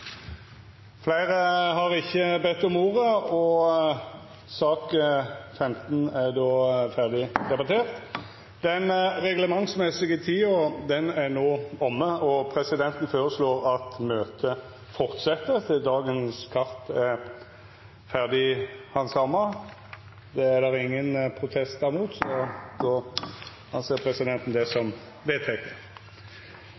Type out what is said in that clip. Fleire har ikkje bedt om ordet til sak nr. 15. Den reglementsmessige tida er omme. Presidenten føreslår at møtet held fram til sakene på dagens kart er ferdighandsama. – Det er vedteke. Etter ønske frå justiskomiteen vil presidenten